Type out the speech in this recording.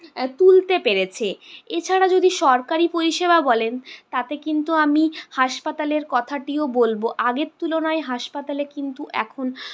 তুলতে পেরেছে এছাড়া যদি সরকারি পরিষেবা বলেন তাতে কিন্তু আমি হাসপাতালের কথাটিও বলবো আগের তুলনায় হাসপাতালে কিন্তু এখন